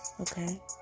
okay